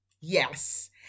Yes